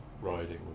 riding